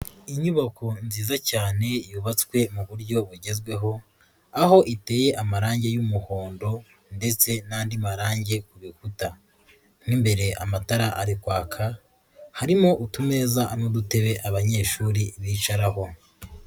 Inyubako nziza cyane yubatswe mu buryo bugezweho, aho iteye amarangi y'umuhondo ndetse n'andi marangi ku bikuta, mo imbere amatara arire kwaka, harimo utumeza n'udutebe abanyeshuri bicaraho.